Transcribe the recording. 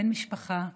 בן משפחה,